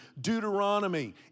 Deuteronomy